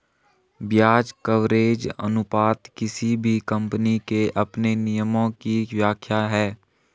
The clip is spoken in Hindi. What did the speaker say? ब्याज कवरेज अनुपात किसी भी कम्पनी के अपने नियमों की व्याख्या है